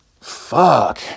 Fuck